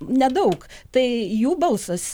nedaug tai jų balsas